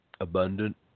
abundant